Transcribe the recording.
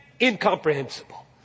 incomprehensible